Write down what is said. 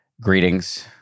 Greetings